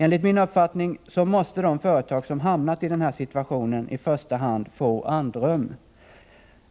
Enligt min uppfattning måste de företag som hamnat i den här situationen i första hand få andrum.